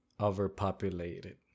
overpopulated